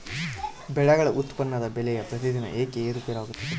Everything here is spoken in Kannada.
ಬೆಳೆಗಳ ಉತ್ಪನ್ನದ ಬೆಲೆಯು ಪ್ರತಿದಿನ ಏಕೆ ಏರುಪೇರು ಆಗುತ್ತದೆ?